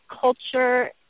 culture